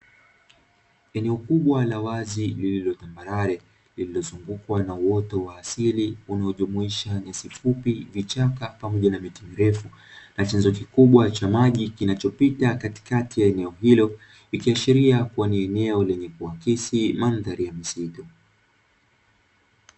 Eneo kubwa la wazi lililo tambarare lililozungukwa na uoto wa asili unaojumuisha nyasi fupi, vichaka pamoja na miti mirefu na chanzo kikubwa cha maji kinachopita katikati ya eneo hilo, ikiashiria kuwa ni eneo lenye kuakisi mandhari ya misitu.